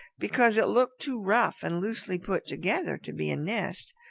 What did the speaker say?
because it looked too rough and loosely put together to be a nest.